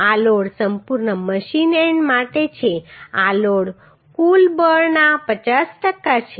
આ લોડ સંપૂર્ણ machine end માટે છે આ લોડ કુલ બળના 50 ટકા છે